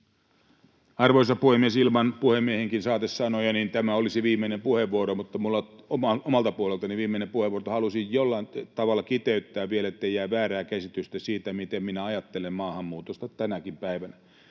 Arvoisa puhemies! Ilman puhemiehen saatesanojakin tämä olisi omalta puoleltani viimeinen puheenvuoro, mutta halusin jollain tavalla kiteyttää vielä, ettei jää väärää käsitystä siitä, miten minä ajattelen maahanmuutosta tänäkin päivänä.